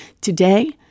Today